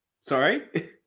Sorry